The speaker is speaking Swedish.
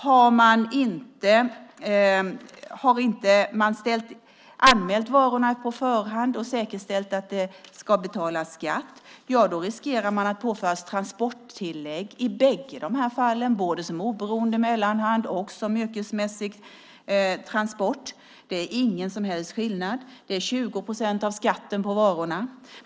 Har man inte anmält varorna på förhand och säkerställt att det ska betalas skatt riskerar man att påföras transporttillägg i bägge de här fallen, både som oberoende mellanhand och som yrkesmässig transportör. Det är ingen som helst skillnad. Det är 20 procent av skatten på varorna.